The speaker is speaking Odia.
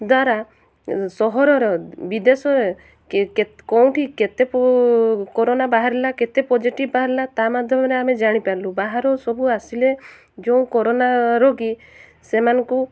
ଦ୍ୱାରା ସହରର ବିଦେଶରେ କୋଉଠି କେତେ କରୋନା ବାହାରିଲା କେତେ ପୋଜିଟିଭ୍ ବାହାରିଲା ତା ମାଧ୍ୟମରେ ଆମେ ଜାଣିପାରିଲୁ ବାହାର ସବୁ ଆସିଲେ ଯେଉଁ କରୋନା ରୋଗୀ ସେମାନଙ୍କୁ